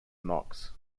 knox